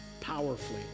powerfully